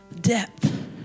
depth